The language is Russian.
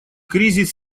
кризис